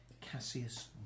Cassius